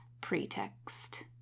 pretext